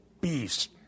beast